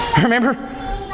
Remember